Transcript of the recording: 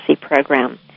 program